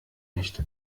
nicht